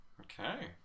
Okay